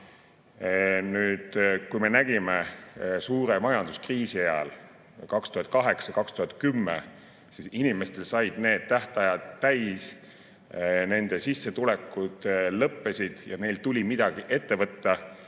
Nagu me nägime suure majanduskriisi ajal 2008–2010, said inimestel need tähtajad täis, nende sissetulekud lõppesid ja neil tuli midagi ette võtta.